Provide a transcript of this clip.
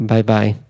Bye-bye